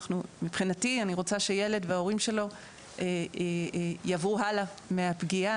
מבחינתי אני רוצה שילד וההורים שלו יעברו הלאה מהפגיעה,